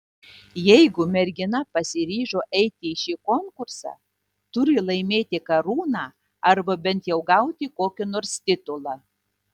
jeigu mergina pasiryžo eiti į šį konkursą turi laimėti karūną arba bent jau gauti kokį nors titulą